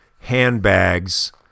handbags